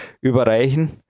überreichen